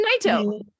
Naito